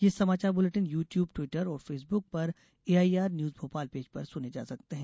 ये समाचार bulletin YouTube Twitter और फेसबुक पर एआईआर न्यूज भोपाल पेज पर सुने जा सकते हैं